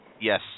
Yes